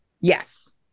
Yes